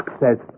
says